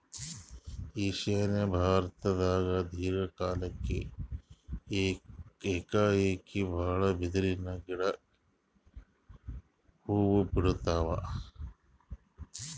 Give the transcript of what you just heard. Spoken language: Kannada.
ಈಶಾನ್ಯ ಭಾರತ್ದಾಗ್ ದೀರ್ಘ ಕಾಲ್ಕ್ ಏಕಾಏಕಿ ಭಾಳ್ ಬಿದಿರಿನ್ ಗಿಡಕ್ ಹೂವಾ ಬಿಡ್ತಾವ್